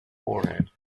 forehead